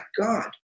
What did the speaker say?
God